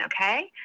okay